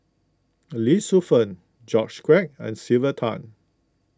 Lee Shu Fen George Quek and Sylvia Tan